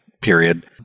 period